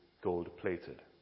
gold-plated